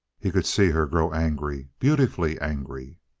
he could see her grow angry, beautifully angry.